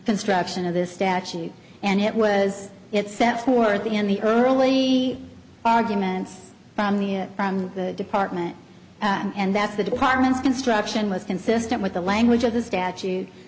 construction of this statute and it was it sets forth in the early arguments from the from the department and that's the department's construction was consistent with the language of the statute